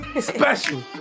Special